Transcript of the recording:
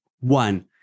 One